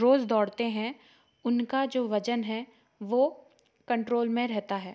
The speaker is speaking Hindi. रोज़ दौड़ते हैं उनका जो वजन है वह कंट्रोल में रहता है